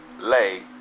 lay